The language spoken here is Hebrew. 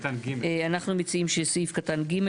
אנחנו מציעים שסעיף קטן (ג),